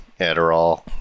Adderall